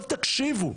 תקשיבו,